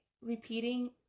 repeating